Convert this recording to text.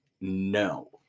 No